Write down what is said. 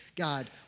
God